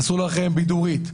אסור לכם עם בידורית,